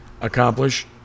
accomplish